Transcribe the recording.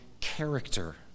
character